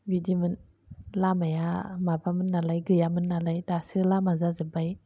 बिदिमोन लामाया माबामोन नालाय गैयामोन नालाय दासो लामा जाजोबबाय